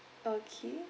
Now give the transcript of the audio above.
okay